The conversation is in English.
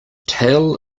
tale